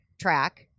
track